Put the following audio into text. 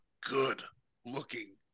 good-looking